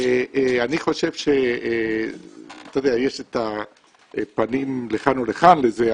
יש את הפנים לכאן ולכאן לזה,